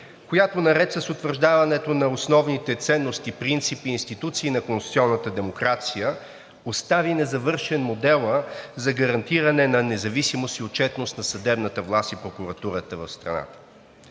която наред с утвърждаването на основните ценности, принципи и институции на конституционната демокрация, остави незавършен модела за гарантиране на независимост и отчетност на съдебната власт и прокуратурата в страната.